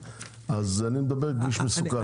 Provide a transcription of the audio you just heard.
אז אני מדבר על כביש מסוכן.